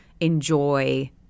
enjoy